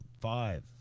five